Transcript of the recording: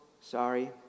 sorry